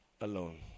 alone